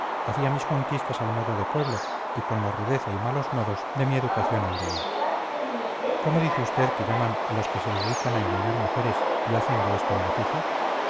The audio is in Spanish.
hacía mis conquistas al modo de pueblo y con la rudeza y malos modos de mi educación aldeana cómo dice usted que llaman a los que se dedican a engañar mujeres y hacen de esto un oficio